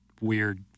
weird